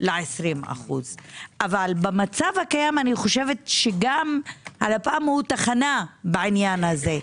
ה-20% אבל במצב הקיים הלפ"ם הוא תחנה בעניין הזה,